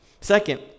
Second